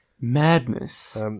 Madness